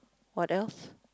what else